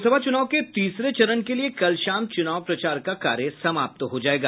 लोक सभा चुनाव के तीसरे चरण के लिए कल शाम चुनाव प्रचार का कार्य समाप्त हो जायेगा